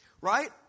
Right